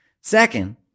Second